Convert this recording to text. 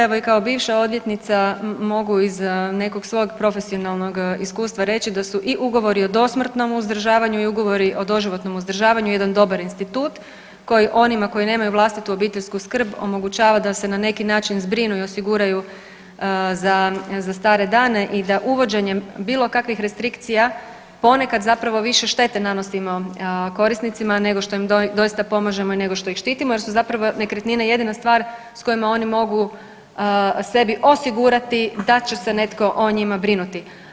Evo i kao bivša odvjetnica mogu iz nekog svog profesionalnog iskustva reći da su i Ugovori o dosmrtnom uzdržavanju i Ugovori o doživotnom uzdržavanju jedan dobar institut koji onima koji nemaju vlastitu obiteljsku skrb omogućava da se na neki način zbrinu i osiguraju za, za stare dane i da uvođenjem bilo kakvih restrikcija ponekad zapravo više štete nanosimo korisnicima nego što im doista pomažemo i nego što ih štitimo jer su zapravo nekretnine jedina stvar s kojima oni mogu sebi osigurati da će se netko o njima brinuti.